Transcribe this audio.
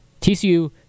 TCU